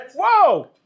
Whoa